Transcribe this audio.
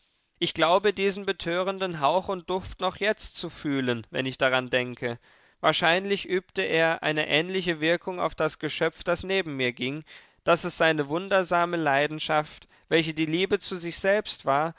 ich glaube diesen betörenden hauch und duft noch jetzt zu fühlen wenn ich daran denke wahrscheinlich übte er eine ähnliche wirkung auf das geschöpf das neben mir ging daß es seine wundersame leidenschaft welche die liebe zu sich selbst war